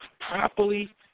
properly